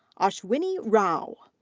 ashwini rao.